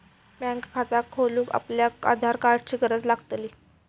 bank खाता खोलूक आपल्याक आधार कार्डाची गरज लागतली